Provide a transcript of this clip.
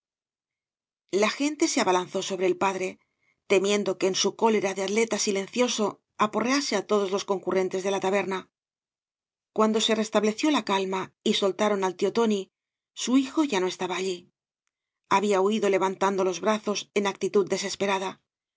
la gente se abalanzó sobre el padre temiendo que en bu cólera de atleta silencioso aporrease á todos los concurrentes de la taberna cuando se restableció la calma y soltaron al tío tóai su hijo ya no estaba allí había huido levantando los brazos en actitud desesperada